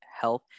health